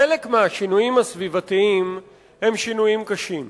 כולנו יודעים: חלק מהשינויים הסביבתיים הם שינויים קשים.